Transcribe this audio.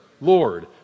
Lord